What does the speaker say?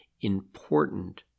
important